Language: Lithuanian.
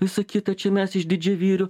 visa kita čia mes iš didžiavyrių